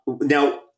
Now